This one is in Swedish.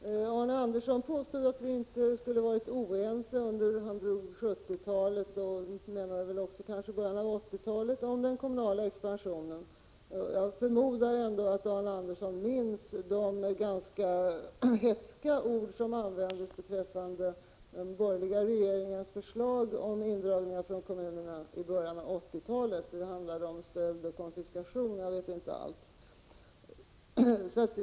Herr talman! Arne Andersson i Gamleby påstår att vi inte skulle ha varit oense under 1970-talet, och han menar kanske också i början av 1980-talet, om den kommunala expansionen. Jag förmodar ändå att Arne Andersson minns de ganska hätska ord som användes beträffande den borgerliga regeringens förslag om indragningar från kommunerna i början av 1980 talet. Det handlade om stöld och konfiskation — jag vet inte allt.